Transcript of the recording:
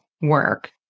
work